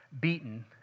beaten